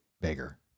bigger